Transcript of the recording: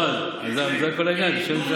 בועז, זה כל העניין, תקשיב לזה עכשיו.